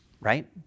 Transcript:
right